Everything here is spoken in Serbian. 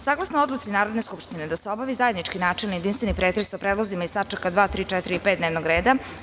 Saglasno odluci Narodne skupštine da se obavi zajednički načelni jedinstveni pretres sa predlozima iz tačaka 2, 3, 4. i 5. dnevnog rada.